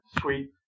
Sweet